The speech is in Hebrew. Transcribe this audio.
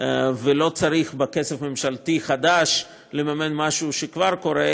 ולא צריך כסף ממשלתי חדש לממן משהו שכבר קורה,